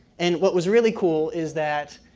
and what was really cool is that,